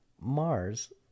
Mars